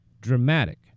Dramatic